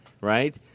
right